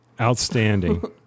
outstanding